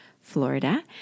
Florida